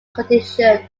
condition